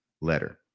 letter